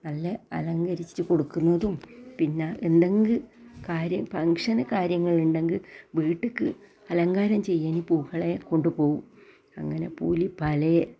നല്ല അലങ്കരിച്ച് കൊടുക്കുന്നതും പിന്നെ എന്തെങ്കിലും കാര്യം ഫംഗ്ഷന് കാര്യങ്ങളിണ്ടെങ്കിൽ വീട്ട്ക്ക് അലങ്കാരം ചെയ്യാൻ പൂക്കളെ കൊണ്ടു പോകും അങ്ങനെ പൂവിൽ പല